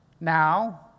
Now